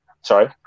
Sorry